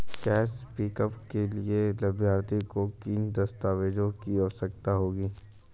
Cash pickup के लिए लाभार्थी को किन दस्तावेजों की आवश्यकता होगी?